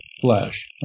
flesh